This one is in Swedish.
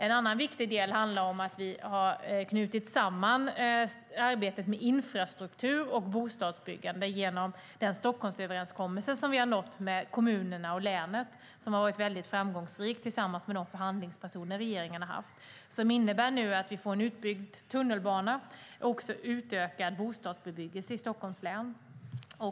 En annan viktig del handlar om att vi har knutit samman arbetet med infrastruktur och bostadsbyggande genom den Stockholmsöverenskommelse som vi har nått med kommunerna och länet, tillsammans med de förhandlingspersoner som regeringen har haft, och som har varit väldigt framgångsrik. Det innebär att vi nu får en utbyggd tunnelbana och också utökad bostadsbebyggelse i Stockholms län.